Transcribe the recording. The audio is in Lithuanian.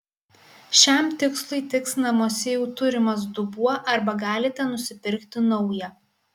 šiam tikslui tiks namuose jau turimas dubuo arba galite nusipirkti naują